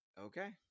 Okay